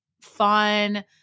fun